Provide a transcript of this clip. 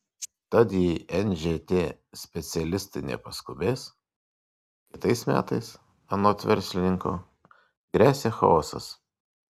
tad jei nžt specialistai nepaskubės kitais metais anot verslininko gresia chaosas